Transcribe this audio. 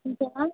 हुन्छ